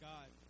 God